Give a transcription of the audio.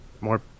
more